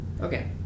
okay